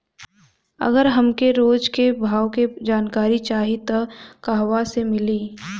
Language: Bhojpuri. अगर हमके रोज के भाव के जानकारी चाही त कहवा से मिली?